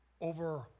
over